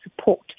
support